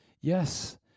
yes